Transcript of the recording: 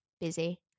Busy